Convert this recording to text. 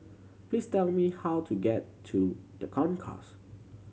please tell me how to get to The Concourse